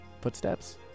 footsteps